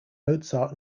mozart